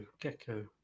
gecko